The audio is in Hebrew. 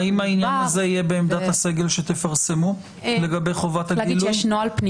האם העניין הזה יהיה בעמדת הסגל שתפרסמו לגבי חובת הגילוי?